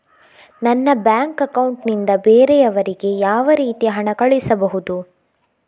ನನ್ನ bank account ನಿಂದ ಬೇರೆಯವರಿಗೆ ಯಾವ ರೀತಿ ಹಣ ಕಳಿಸಬಹುದು?